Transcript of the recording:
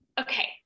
okay